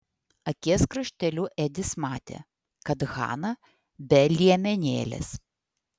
akies krašteliu edis matė kad hana be liemenėlės